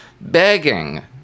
begging